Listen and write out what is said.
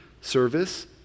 service